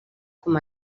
com